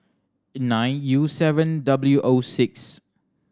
nine U seven W O six